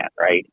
right